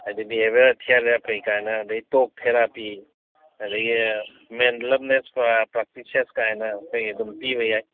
ꯍꯥꯏꯗꯤ ꯕꯤꯍꯦꯚꯤꯌꯔ ꯊꯦꯔꯥꯄꯤꯒꯥꯏꯅ ꯑꯗꯒꯤ ꯇꯣꯛ ꯊꯦꯔꯥꯄꯤ ꯑꯗꯒꯤ ꯃꯦꯟꯂꯝꯅꯦꯁ ꯄ꯭ꯔꯥꯛꯇꯤꯁꯦꯁ ꯀꯥꯏꯅ ꯑꯩꯈꯣꯏꯒꯤ ꯑꯗꯨꯝ ꯄꯤꯕ ꯌꯥꯏ